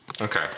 Okay